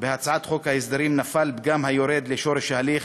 בהצעת חוק ההסדרים נפל פגם היורד לשורש ההליך".